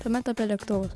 tuomet apie lėktuvus